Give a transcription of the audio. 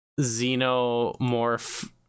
xenomorph